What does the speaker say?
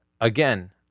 again